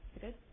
Good